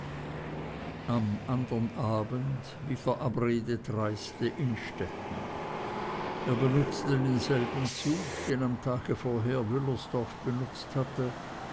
am andern abend wie verabredet reiste innstetten er benutzte denselben zug den am tag vorher wüllersdorf benutzt hatte